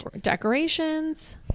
decorations